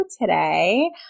today